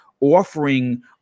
Offering